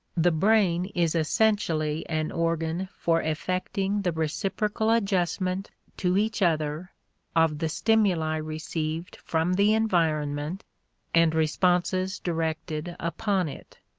the brain is essentially an organ for effecting the reciprocal adjustment to each other of the stimuli received from the environment and responses directed upon it.